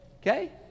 Okay